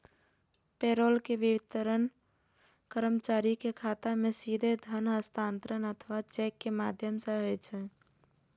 payroll के वितरण कर्मचारी के खाता मे सीधे धन हस्तांतरण अथवा चेक के माध्यम सं होइ छै